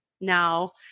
now